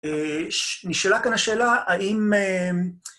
נשאלה כאן השאלה, האם...